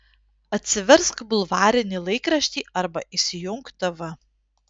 atsiversk bulvarinį laikraštį arba įsijunk tv